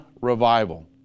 revival